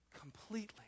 completely